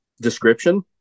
description